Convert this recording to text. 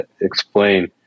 explain